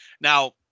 Now